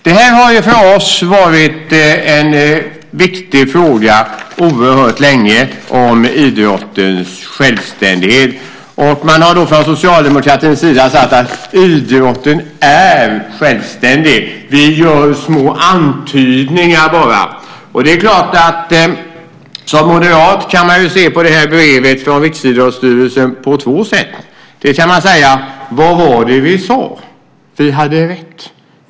Den har för oss varit en viktig fråga oerhört länge. Man har från socialdemokratins sida sagt att idrotten är självständig. Vi gör små antydningar bara. Som moderat kan man se brevet från Riksidrottsförbundet på två sätt. Vi kan säga: Vad var det vi sade? Vi hade rätt.